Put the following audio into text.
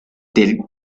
del